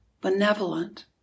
benevolent